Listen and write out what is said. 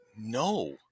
No